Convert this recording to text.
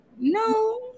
No